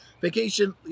vacation